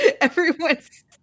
Everyone's